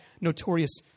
notorious